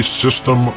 system